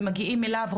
ומגיעים אליו,